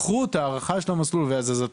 אני מודה שקשה לי לענות על השאלה הזאת.